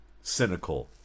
cynical